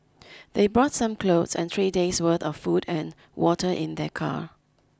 they brought some clothes and three days' worth of food and water in their car